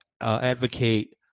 advocate